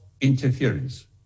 interference